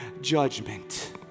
judgment